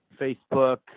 Facebook